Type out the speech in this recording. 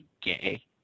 gay